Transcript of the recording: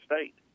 State